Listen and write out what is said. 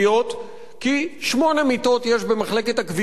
כי שמונה מיטות יש במחלקת הכוויות היחידה